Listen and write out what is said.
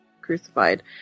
crucified